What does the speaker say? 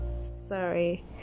Sorry